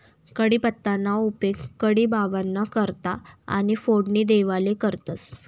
कढीपत्ताना उपेग कढी बाबांना करता आणि फोडणी देवाले करतंस